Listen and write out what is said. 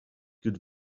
good